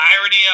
irony